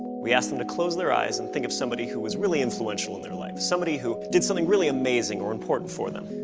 we asked them to close their eyes and think of somebody who was really influential in their life. somebody who did something really amazing or important for them.